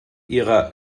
ihrer